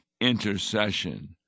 intercession